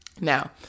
Now